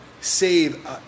save